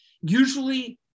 Usually